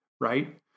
Right